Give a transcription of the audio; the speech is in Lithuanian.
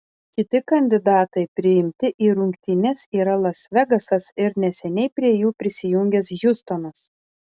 kiti kandidatai priimti į rungtynes yra las vegasas ir neseniai prie jų prisijungęs hjustonas